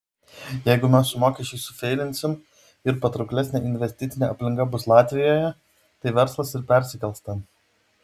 jeigu mes su mokesčiais susifeilinsim ir patrauklesnė investicinė aplinka bus latvijoje tai verslas ir persikels ten